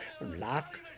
luck